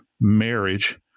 marriage